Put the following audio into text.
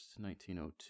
1902